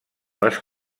les